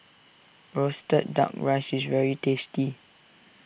Roasted Duck Rice is very tasty